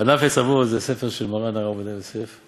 "ענף עץ אבות" זה הספר של מרן הרב עובדיה יוסף,